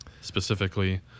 specifically